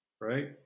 right